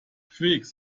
figs